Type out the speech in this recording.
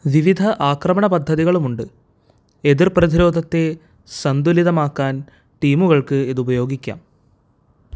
വിവിധ ആക്രമണ പദ്ധതികളുമുണ്ട് എതിർ പ്രതിരോധത്തെ സന്തുലിതമാക്കാൻ ടീമുകൾക്ക് ഇതുപയോഗിക്കാം